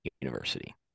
university